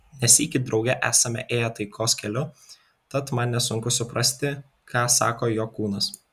ne sykį drauge esame ėję taikos keliu tad man nesunku suprasti ką sako jo kūnas